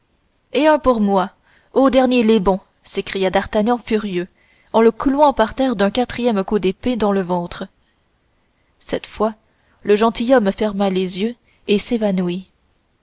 et un pour moi au dernier les bons s'écria d'artagnan furieux en le clouant par terre d'un quatrième coup d'épée dans le ventre cette fois le gentilhomme ferma les yeux et s'évanouit